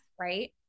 right